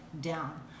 down